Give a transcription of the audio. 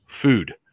food